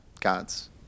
God's